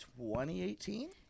2018